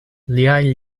liaj